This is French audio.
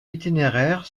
itinéraire